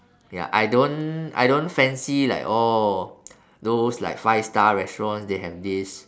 ya I don't I don't fancy like oh those like five star restaurants they have this